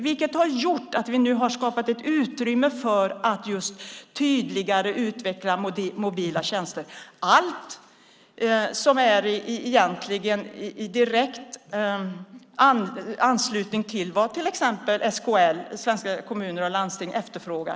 Det har gjort att vi nu har skapat ett utrymme för att tydligare utveckla mobila tjänster, allt egentligen i direkt anslutning till vad till exempel SKL, Sveriges Kommuner och Landsting, efterfrågar.